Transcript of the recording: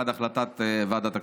בעד הצעת ועדת הכספים.